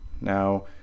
Now